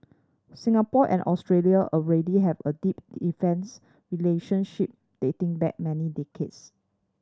Singapore and Australia already have a deep defence relationship dating back many decades